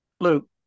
Luke